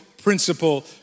principle